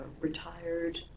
retired